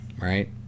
Right